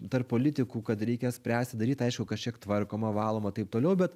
tarp politikų kad reikia spręsti daryt aišku kažkiek tvarkoma valoma taip toliau bet